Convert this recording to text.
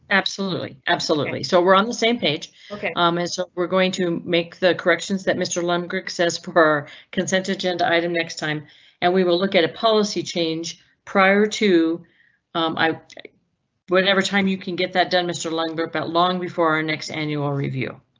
absolutely absolutely. so we're on the same page. um we're going to make the corrections that mr. lembrick says for consent agenda item next time and we will look at a policy change prior to i whatever time you can get that done. mr longer. but long before our next annual review.